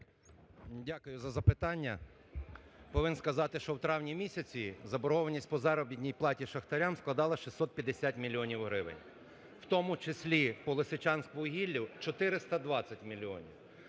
Дякую за запитання. Повинен сказати, що в травні місяці заборгованість по заробітній платі шахтарям складала 650 мільйонів гривень, в тому числі по "Лисичанськвугіллю" 420 мільйонів.